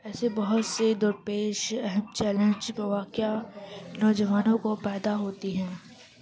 ایسے بہت سے در پیش اہم چیلنج واقعہ نوجوانوں کو پیدا ہوتی ہیں